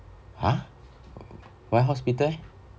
!huh! why hospital eh